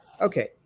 Okay